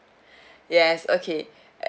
yes okay